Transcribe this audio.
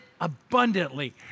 abundantly